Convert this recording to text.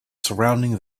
surrounding